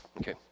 okay